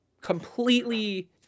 completely